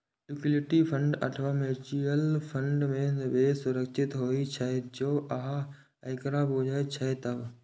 equity fund अथवा mutual fund मे निवेश सुरक्षित होइ छै, जौं अहां एकरा बूझे छियै तब